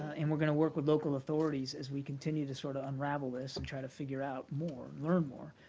and we're going to work with local authorities as we continue to sort of unravel this and try to figure out more and learn more.